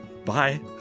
Bye